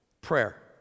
prayer